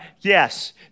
Yes